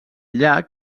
llac